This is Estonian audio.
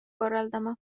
korraldama